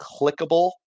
clickable